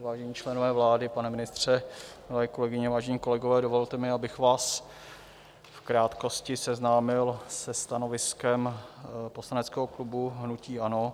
Vážení členové vlády, pane ministře, milé kolegyně, vážení kolegové, dovolte mi, abych vás v krátkosti seznámil se stanoviskem poslaneckého klubu hnutí ANO.